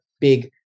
big